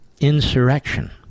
Insurrection